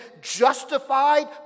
justified